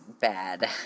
bad